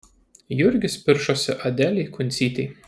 jurgis piršosi adelei kuncytei